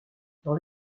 dans